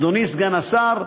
אדוני סגן השר,